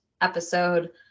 episode